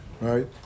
right